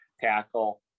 tackle